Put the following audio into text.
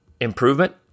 improvement